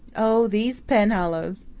oh, these penhallows!